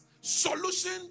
solution